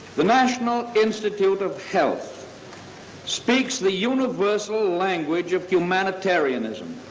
the national institute of health speaks the universal language of humanitarianism.